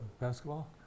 Basketball